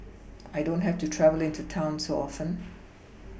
I don't have to travel into town so often